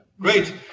Great